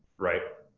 right?